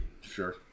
Sure